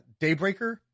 Daybreaker